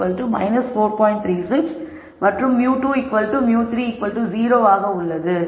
36 மற்றும் μ2 μ3 0 ஆக உள்ளது